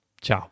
Ciao